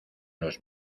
los